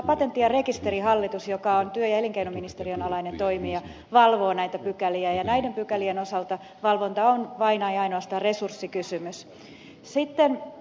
patentti ja rekisterihallitus joka on työ ja elinkeinoministeriön alainen toimija valvoo näitä pykäliä ja näiden pykälien osalta valvonta on vain ja ainoastaan resurssikysymys